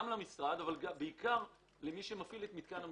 גם למשרד, אבל בעיקר למי שמפעיל את מתקן המחזור.